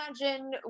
imagine